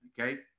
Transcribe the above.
okay